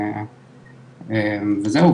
וזהו,